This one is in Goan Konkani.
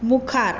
मुखार